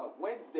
Wednesday